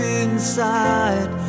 inside